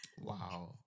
Wow